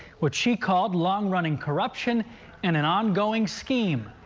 what she called long-running corruption in an ongoing scheme.